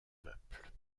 peuple